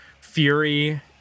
fury